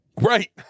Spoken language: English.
Right